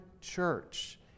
church